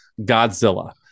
godzilla